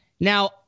Now